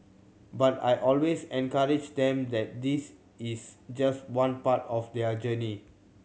but I always encourage them that this is just one part of their journey